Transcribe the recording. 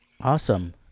awesome